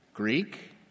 Greek